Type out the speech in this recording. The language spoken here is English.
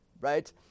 right